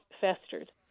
festered